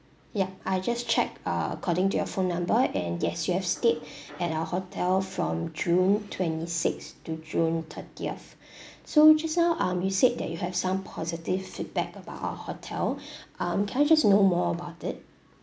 ya I just check uh according to your phone number and yes you have stayed at our hotel from june twenty sixth to june thirtieth so just now um you said that you have some positive feedback about our hotel um can I just know more about it